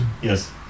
Yes